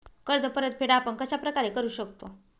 कर्ज परतफेड आपण कश्या प्रकारे करु शकतो?